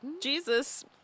Jesus